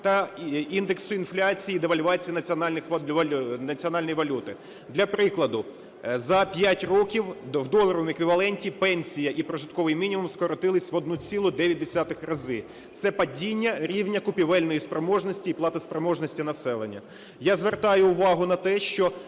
та індексу інфляції і девальвації національної валюти. Для прикладу: за 5 років в доларовому еквіваленті пенсія і прожитковий мінімум скоротилися в 1,9 рази – це падіння рівня купівельної спроможності і платоспроможності населення. Я звертаю увагу на те, що